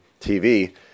TV